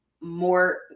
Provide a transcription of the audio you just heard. more